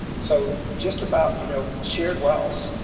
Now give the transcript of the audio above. so just about you know shared wells.